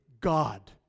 God